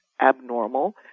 abnormal